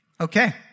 Okay